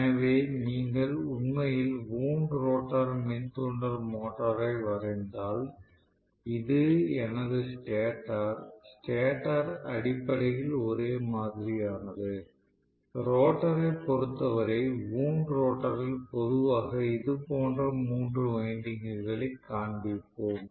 எனவே நீங்கள் உண்மையில் வூண்ட் ரோட்டார் மின் தூண்டல் மோட்டாரை வரைந்தால் இது எனது ஸ்டேட்டர் ஸ்டேட்டர் அடிப்படையில் ஒரே மாதிரியானது ரோட்டரைப் பொருத்தவரை வூண்ட் ரோட்டரில் பொதுவாக இது போன்ற மூன்று வைண்டிங்குகளை காண்பிப்போம்